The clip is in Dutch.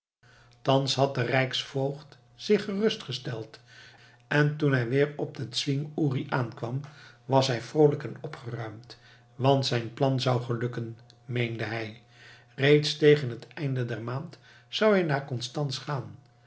thans had de rijksvoogd zich gerust gesteld en toen hij weer op den zwing uri aankwam was hij vroolijk en opgeruimd want zijn plan zou gelukken meende hij reeds tegen het einde der maand zou hij naar constanz gaan